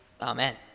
Amen